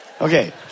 Okay